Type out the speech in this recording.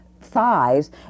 thighs